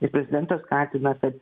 ir prezidentus skatina kad